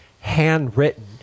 handwritten